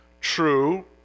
true